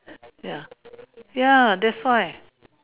ya ya that's why